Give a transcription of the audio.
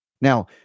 Now